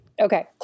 Okay